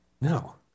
No